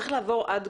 הם צריכים להתאמץ קצת.